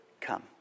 come